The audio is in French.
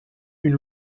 une